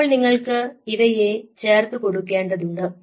ഇപ്പോൾ നിങ്ങൾക്ക് ഇവയെ ചേർത്തു കൊടുക്കേണ്ടതുണ്ട്